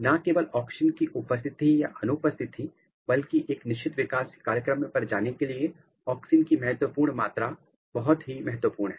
न केवल ऑक्सिन की उपस्थिति या अनुपस्थिति बल्कि एक निश्चित विकास कार्यक्रम पर जाने के लिए ऑक्सिन की महत्वपूर्ण मात्रा बहुत महत्वपूर्ण है